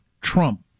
Trump